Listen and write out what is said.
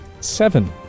Seven